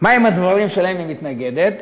מה הם הדברים שלהם היא מתנגדת,